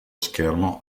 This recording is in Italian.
schermo